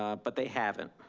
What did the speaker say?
um but they haven't.